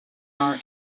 our